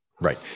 Right